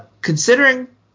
considering